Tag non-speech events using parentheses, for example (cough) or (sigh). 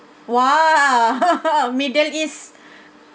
!wah! (laughs) middle east